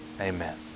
Amen